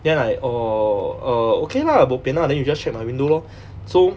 then I orh uh okay lah bo pian lah then you just check my window lor so